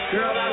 Girl